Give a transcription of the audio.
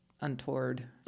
untoward